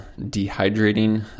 dehydrating